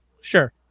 sure